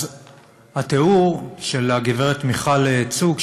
אז התיאור של הגברת מיכל צוק,